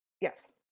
Yes